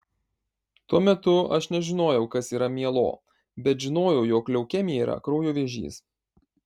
tuo metu aš nežinojau kas yra mielo bet žinojau jog leukemija yra kraujo vėžys